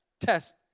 test